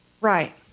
Right